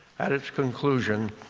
at its conclusion,